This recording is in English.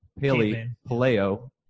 paleo